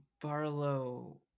Barlow